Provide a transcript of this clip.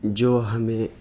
جو ہمیں